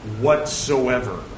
whatsoever